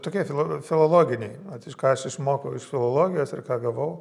tokie filo filologiniai vat iš ką aš išmokau iš filologijos ir ką gavau